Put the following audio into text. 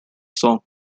song